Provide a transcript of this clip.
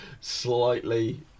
slightly